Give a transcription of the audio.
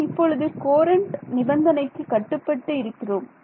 நாம் இப்பொழுது கோரண்ட் நிபந்தனைக்கு கட்டுப்பட்டு இருக்கிறோம்